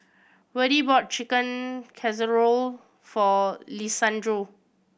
Verdie bought Chicken Casserole for Lisandro